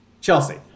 Chelsea